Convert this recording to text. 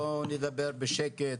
בואו נדבר בשקט.